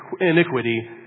iniquity